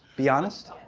be honest.